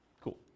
cool